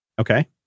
Okay